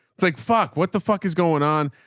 like, fuck, what the fuck is going on?